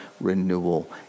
renewal